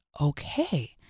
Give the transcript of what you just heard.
okay